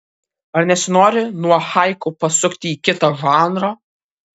ar nesinori nuo haiku pasukti į kitą žanrą